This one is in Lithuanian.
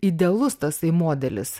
idealus tasai modelis